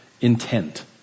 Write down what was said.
intent